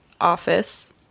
office